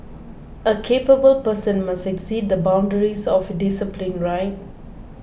a capable person must exceed the boundaries of discipline right